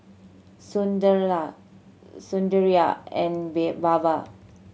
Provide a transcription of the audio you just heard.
Sunderlal Sundaraiah and Baba